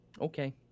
Okay